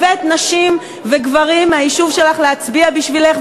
הבאת נשים וגברים מהיישוב שלך להצביע בשבילך.